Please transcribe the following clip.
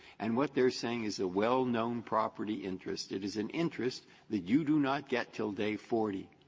and what they are saying is a well-known property interest. it is an interest that you do not get till day forty.